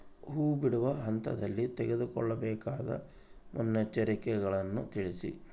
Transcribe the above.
ಹೂ ಬಿಡುವ ಹಂತದಲ್ಲಿ ತೆಗೆದುಕೊಳ್ಳಬೇಕಾದ ಮುನ್ನೆಚ್ಚರಿಕೆಗಳನ್ನು ತಿಳಿಸಿ?